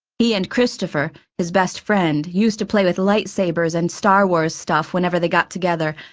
he and christopher, his best friend, used to play with lightsabers and star wars stuff whenever they got together,